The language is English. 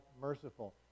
merciful